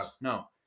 No